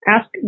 Ask